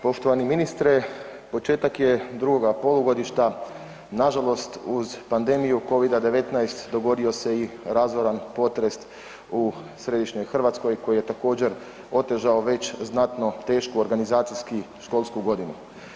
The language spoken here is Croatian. Poštovani ministre, početak je drugoga polugodišta, nažalost uz pandemiju Covid-19 dogodio se i razoran potres u središnjoj Hrvatskoj koji je također otežao već znatno tešku organizacijski školsku godinu.